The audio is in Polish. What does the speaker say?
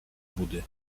budy